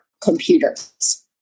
computers